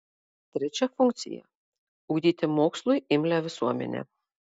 trečia funkcija ugdyti mokslui imlią visuomenę